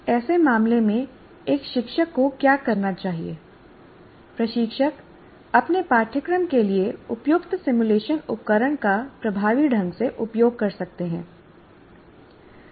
ऐसे मामले में एक शिक्षक को क्या करना चाहिए प्रशिक्षक अपने पाठ्यक्रम के लिए उपयुक्त सिमुलेशन उपकरण का प्रभावी ढंग से उपयोग कर सकते हैं